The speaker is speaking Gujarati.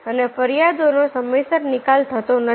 અને ફરિયાદોનો સમયસર નિકાલ થતો નથી